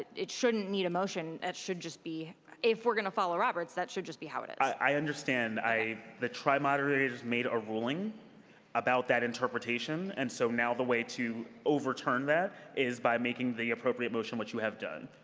it shouldn't need a motion. it should just be if we're going to follow roberts, that should just be how it is. i understand. the tr i-moderators made a ruling about that interpretation. and so now the way to overturn that is by making the appropriate motion, which you have done.